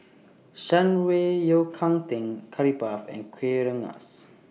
Shan Rui Yao Cai Tang Curry Puff and Kuih Rengas